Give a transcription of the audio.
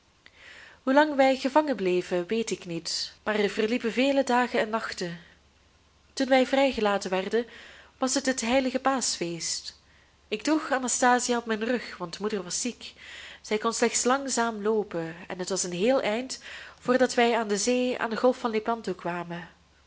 hoe lang wij gevangen bleven weet ik niet maar er verliepen vele dagen en nachten toen wij vrijgelaten werden was het het heilige paaschfeest ik droeg anastasia op mijn rug want moeder was ziek zij kon slechts langzaam loopen en het was een heel eind voordat wij aan de zee aan de golf van lepanto kwamen